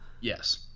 Yes